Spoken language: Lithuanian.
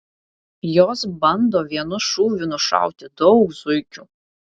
jos bando vienu šūviu nušauti daug zuikių